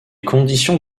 conditions